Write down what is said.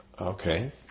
Okay